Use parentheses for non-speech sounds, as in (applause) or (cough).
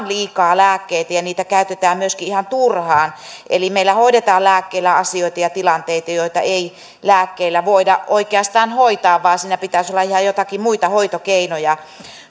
(unintelligible) liikaa lääkkeitä ja niitä käytetään myöskin ihan turhaan eli meillä hoidetaan lääkkeillä asioita ja tilanteita joita ei lääkkeillä voida oikeastaan hoitaa vaan siinä pitäisi olla ihan joitakin muita hoitokeinoja